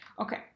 okay